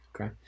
Okay